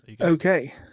Okay